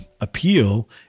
appeal